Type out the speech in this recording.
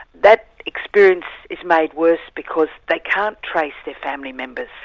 that experience is made worse because they can't trace their family members,